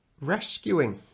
Rescuing